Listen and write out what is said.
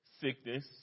sickness